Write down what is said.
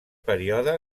període